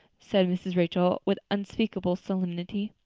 said mrs. rachel with unspeakable solemnity.